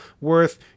worth